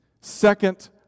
second